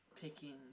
picking